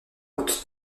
route